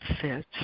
fits